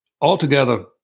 altogether